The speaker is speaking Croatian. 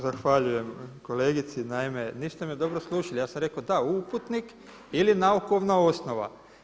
Zahvaljujem kolegici, naime, niste me dobro slušali, ja sam rekao da uputnik ili naukovna osnova.